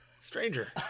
Stranger